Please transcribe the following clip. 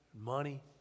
money